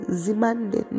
zimande